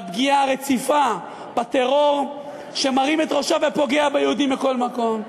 לפגיעה הרציפה בטרור שמרים את ראשו ופוגע ביהודים בכל מקום.